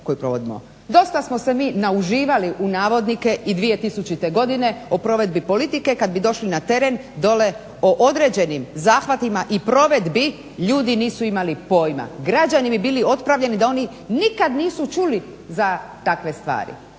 Dosta smo se mi nauživali u navodnike i 2000. godine o provedbi politike. Kad bi došli na teren dole o određenim zahvatima i provedbi ljudi nisu imali pojma. Građani bi bili otpravljeni, da oni nikad nisu čuli za takve stvari.